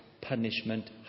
punishment